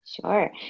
Sure